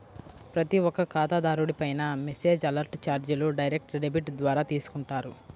ప్రతి ఒక్క ఖాతాదారుడిపైనా మెసేజ్ అలర్ట్ చార్జీలు డైరెక్ట్ డెబిట్ ద్వారా తీసుకుంటారు